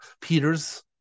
Peter's